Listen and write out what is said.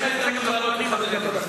יש לך הזדמנות לענות לי אחרי זה.